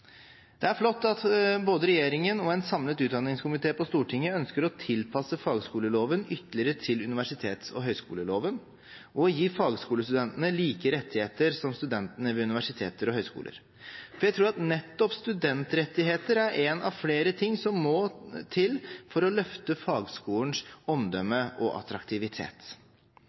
Det er flott at både regjeringen og en samlet utdanningskomité på Stortinget ønsker å tilpasse fagskoleloven ytterligere til universitets- og høyskoleloven og gi fagskolestudentene like rettigheter som studentene ved universiteter og høyskoler. Jeg tror at nettopp studentrettigheter er en av flere ting som må til for å løfte fagskolens omdømme og attraktivitet.